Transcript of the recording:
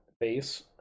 base